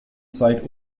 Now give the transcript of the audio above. zeit